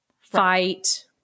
Fight